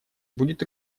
будет